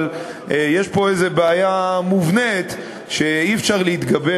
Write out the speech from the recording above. אבל יש פה בעיה מובנית שאי-אפשר להתגבר